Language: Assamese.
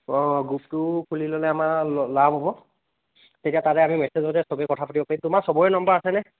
অঁ গ্ৰুপটো খুলি ল'লে আমাৰ লাভ হ'ব তেতিয়া তাতে আমি মেছেজতে চবেই কথা পাতিব পাৰিম তোমাৰ চবৰে নম্বৰ আছেনে